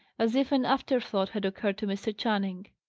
as if an afterthought had occurred to mr. channing.